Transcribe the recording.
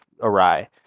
awry